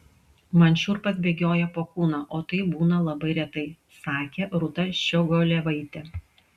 man šiurpas bėgioja po kūną o tai būna labai retai sakė rūta ščiogolevaitė